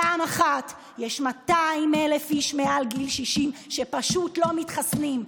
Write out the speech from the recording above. פעם אחת: יש 200,000 איש מעל גיל 60 שפשוט לא מתחסנים.